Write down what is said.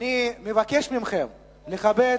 אני מבקש מכם לכבד